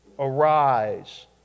Arise